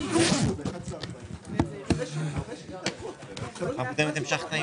הישיבה ננעלה בשעה 12:10.